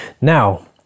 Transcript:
Now